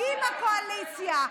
עם הקואליציה.